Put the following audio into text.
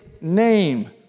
name